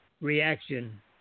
reaction